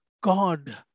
God